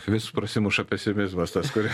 vis prasimuša pesimizmas tas kuri